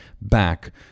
back